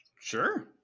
Sure